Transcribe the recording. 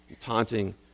Taunting